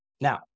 Now